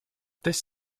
this